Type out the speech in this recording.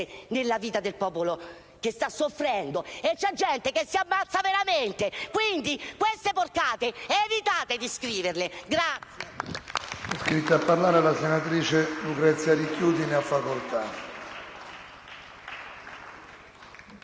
nella vita di un popolo che sta soffrendo. C'è gente che si ammazza veramente e, quindi, queste porcate evitate di scriverle!